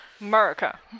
America